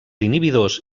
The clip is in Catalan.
inhibidors